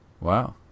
Wow